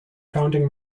founding